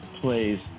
plays